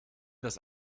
das